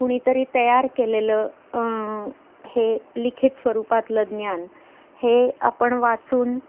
कुणीतरी तयार केलेलं हे लिखित स्वरूपातलं ज्ञान हे आपण वाचून